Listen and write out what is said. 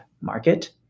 market